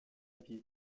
pied